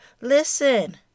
Listen